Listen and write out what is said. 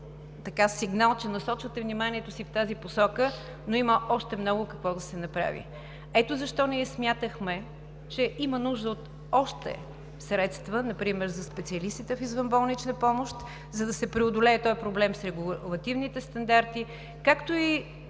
сигнал, че насочвате вниманието си в тази посока, но има още много какво да се направи. Ние смятаме, че има нужда от още средства, например за специалистите в извънболничната помощ, за да се преодолее този проблем с регулативните стандарти, както и